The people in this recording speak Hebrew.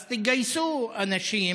אז תגייסו אנשים,